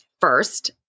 first